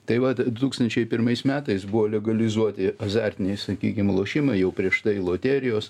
tai vat du tūkstančiai pirmais metais buvo legalizuoti azartiniai sakykim lošimai jau prieš tai loterijos